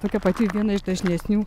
tokia pati viena iš dažnesnių